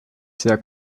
sehr